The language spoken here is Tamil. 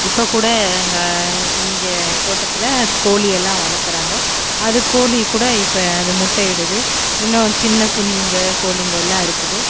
இப்போ கூட எங்கள் இங்கே தோட்டத்தில் கோழியெல்லாம் வளர்க்கறாங்க அது கோழி கூட இப்போ அது முட்டையிடுது இன்னும் சின்ன குஞ்சிங்கள் கோழிங்கள் எல்லா இருக்குது